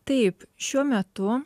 taip šiuo metu